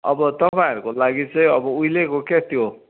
अब तपाईँहरूको लागि चाहिँ अब उहिलेको क्या त्यो